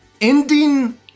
Ending